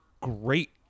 great